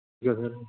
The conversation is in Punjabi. ਠੀਕ ਆ ਸਰ